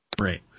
Right